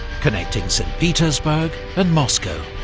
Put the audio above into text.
connecting st petersburg and moscow.